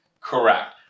Correct